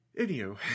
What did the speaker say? Anywho